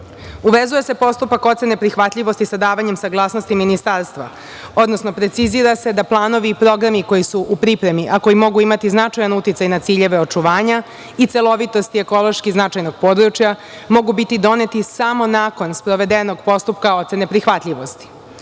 Uvezuje se postupak ocene prihvatljivosti sa davanjem saglasnosti ministarstva, odnosno precizira se da planovi i programi koji su u pripremi, a koji mogu imati značajan uticaj na ciljeve očuvanja i celovitost i ekološki značajnog područja, mogu biti doneti samo nakon sprovedenog postupka neprihvatljivosti. Značajna